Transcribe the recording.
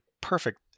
perfect